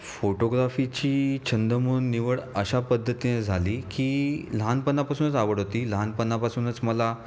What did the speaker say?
फोटोग्राफीची छंद म्हणून निवड अशा पद्धतीने झाली की लहानपणापासूनच आवड होती लहानपणापासूनच मला